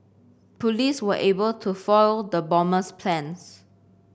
police were able to foil the bomber's plans